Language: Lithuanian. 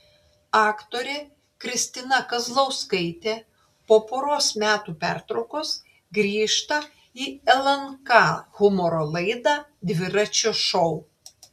aktorė kristina kazlauskaitė po poros metų pertraukos grįžta į lnk humoro laidą dviračio šou